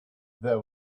there